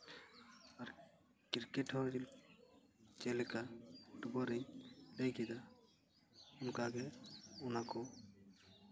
ᱟᱨ cricket ᱦᱚᱸ ᱡᱮᱞᱮᱠᱟ football ᱞᱟᱹᱭ ᱠᱮᱫᱟ ᱚᱱᱠᱟᱜᱮ ᱚᱱᱟᱠᱚ